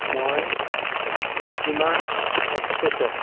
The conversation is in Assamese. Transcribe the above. মই গতিমান এক্সপ্ৰেছত